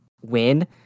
win